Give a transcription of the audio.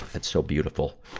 that's so beautiful.